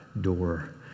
door